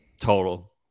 Total